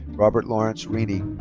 robert lawrence reaney.